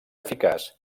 eficaç